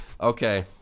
Okay